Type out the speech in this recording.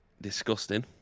Disgusting